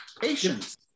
patience